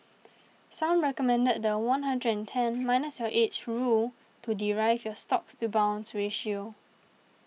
some recommend the one hundred and ten minus your age rule to derive your stocks to bonds ratio